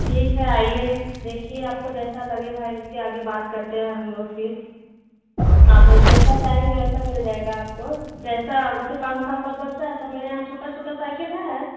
ठीक है आइए देखिए आपको जैसा लगे भाई उसके आगे बात करते हैं हम लोग फिर आप लोग जैसा चाहेंगे वैसा मिल जाएगा आपको जैसा वैसे पाँच साल का बच्चा है तो मेरे यहाँ पर छोटा छोटा साइकिल है